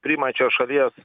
priimančios šalies